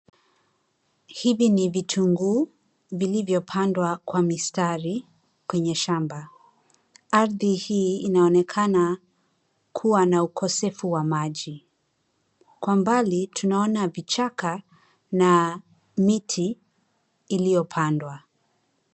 Hivi ni vitunguu vilivyopandwa kwa mistari kwenye shamba. Ardhi hii inaonekana kuwa na ukosefu wa maji. Kwa mbali tunaona vichaka na miti iliyopandwa.